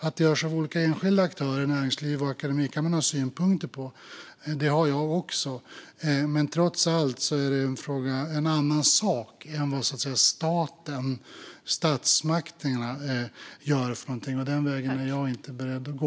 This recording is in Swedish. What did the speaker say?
Att det görs av olika enskilda aktörer i näringsliv och akademi kan man ha synpunkter på, och det har jag också. Men trots allt är det en annan sak än vad statsmakterna gör för någonting, och den vägen är jag inte beredd att gå.